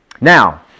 Now